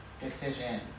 decision